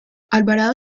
alvarado